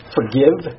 Forgive